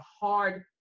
hard